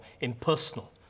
impersonal